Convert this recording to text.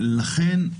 לכן,